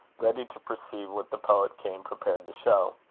ready to perceive what the poet came prepared to show.